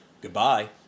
Goodbye